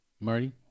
Marty